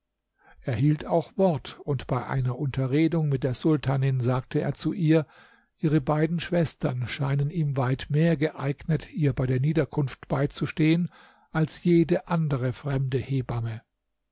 hielt auch wort und bei einer unterredung mit der sultanin sagte er zu ihr ihre beiden schwestern scheinen ihm weit mehr geeignet ihr bei der niederkunft beizustehen als jede andere fremde hebamme